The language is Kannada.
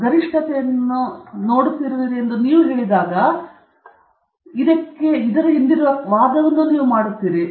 ನೀವು ಗರಿಷ್ಟತೆಯನ್ನು ನೋಡುತ್ತಿರುವಿರಿ ಎಂದು ನೀವು ಹೇಳಿದಾಗ ನೀವು ಗರಿಷ್ಠ ಪ್ರಮಾಣವನ್ನು ನೋಡುತ್ತಿರುವ ಕಾರಣ ನೀವು ವಾದವನ್ನು ಮಾಡುತ್ತಿದ್ದೀರಿ